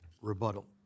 rebuttal